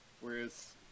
whereas